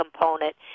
component